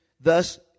thus